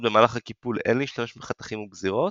במהלך הקיפול אין להשתמש בחתכים וגזירות,